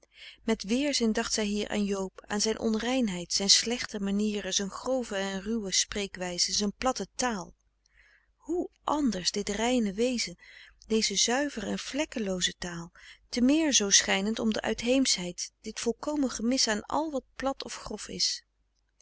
met weerzin dacht zij hier aan joob aan zijn onreinheid zijn slechte manieren zijn grove en ruwe spreekwijze zijn platte taal hoe anders dit reine wezen deze zuivere en vlekkelooze taal te meer zoo schijnend om de uitheemschheid dit volkomen gemis aan al wat plat of grof is